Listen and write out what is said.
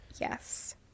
Yes